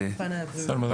בנושא הפן הבריאות.